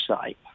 site